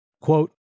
Quote